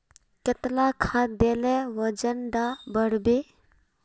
कतला खाद देले वजन डा बढ़बे बे?